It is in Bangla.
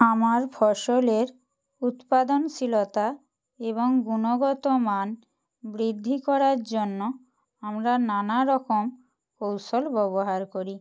আমার ফসলের উৎপাদনশীলতা এবং গুণগত মান বৃদ্ধি করার জন্য আমরা নানারকম কৌশল ব্যবহার করি